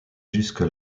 jusque